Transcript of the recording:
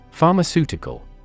Pharmaceutical